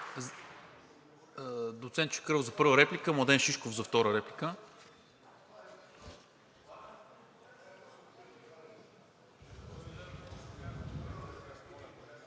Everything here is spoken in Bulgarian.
Доцент Чакъров – за първа реплика, Младен Шишков – за втора реплика.